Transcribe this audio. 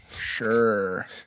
Sure